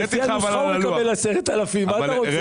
לפי הנוסחה הוא מקבל 10,000 שקל.